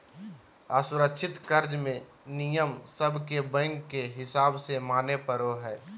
असुरक्षित कर्ज मे नियम सब के बैंक के हिसाब से माने पड़ो हय